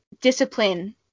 discipline